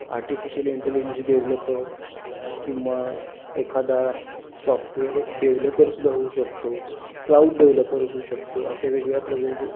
artificial intelligence developer किंवा एखादा software डेव्हलपरसुद्धा होऊ शकतो क्लाऊड डेवलपर होऊ शकतो अशा वेगवेगळ्या प्रदांचे